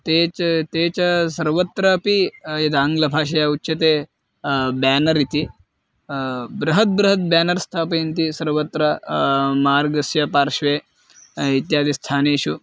ते च ते चा सर्वत्रापि यद् आङ्ग्लभाषया उच्यते बेनर्इ ति बृहत् बृहत् बेनर् स्थापयन्ति सर्वत्र मार्गस्य पार्श्वे इत्यादिषु स्थानेषु